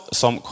som